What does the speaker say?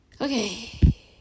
Okay